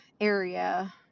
area